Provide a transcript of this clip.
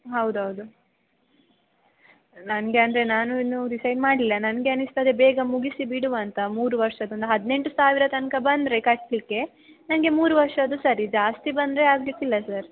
ಹೌದು ಹೌದು ನನಗೆ ಅಂದರೆ ನಾನು ಇನ್ನೂ ಡಿಸೈಡ್ ಮಾಡಲಿಲ್ಲ ನನಗೆ ಅನ್ನಿಸ್ತದೆ ಬೇಗ ಮುಗಿಸಿ ಬಿಡುವ ಅಂತ ಮೂರು ವರ್ಷದೊಂದು ಹದಿನೆಂಟು ಸಾವಿರ ತನಕ ಬಂದರೆ ಕಟ್ಟಲಿಕ್ಕೆ ನನಗೆ ಮೂರು ವರ್ಷದ್ದು ಸರಿ ಜಾಸ್ತಿ ಬಂದರೆ ಆಗಲಿಕ್ಕಿಲ್ಲ ಸರ್